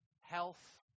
health